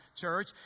church